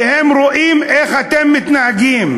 כי הם רואים איך אתם מתנהגים.